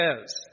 says